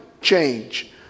change